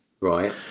Right